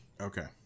Okay